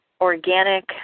organic